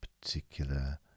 particular